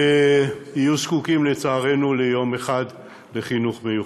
שיהיו זקוקים, לצערנו, יום אחד לחינוך מיוחד.